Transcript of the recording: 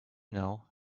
know